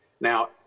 Now